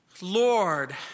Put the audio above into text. Lord